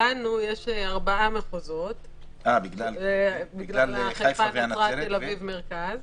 לנו יש 4 מחוזות בגלל חיפה, נצרת, תל אביב מרכז.